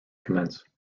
commence